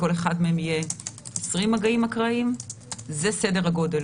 לכל אחד מהם יהיו 20 מגעים אקראיים, זה סדר הגודל.